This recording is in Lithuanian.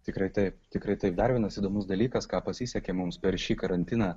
tikrai taip tikrai taip dar vienas įdomus dalykas ką pasisekė mums per šį karantiną